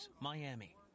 Miami